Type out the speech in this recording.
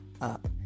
up